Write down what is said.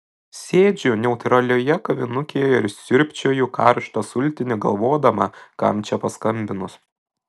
sėdžiu neutraliojoje kavinukėje ir siurbčioju karštą sultinį galvodama kam čia paskambinus